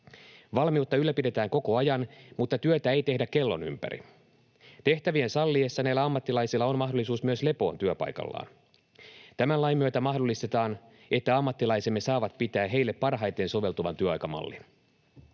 Valmiutta ylläpidetään koko ajan, mutta työtä ei tehdä kellon ympäri. Tehtävien salliessa näillä ammattilaisilla on mahdollisuus myös lepoon työpaikallaan. Tämän lain myötä mahdollistetaan, että ammattilaisemme saavat pitää heille parhaiten soveltuvan työaikamallin.